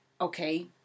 okay